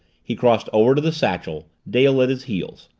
he crossed over to the satchel, dale at his heels.